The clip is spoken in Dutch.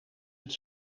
het